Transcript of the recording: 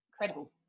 incredible